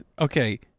okay